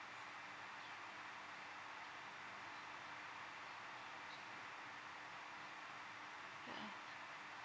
yeah